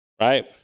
Right